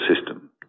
system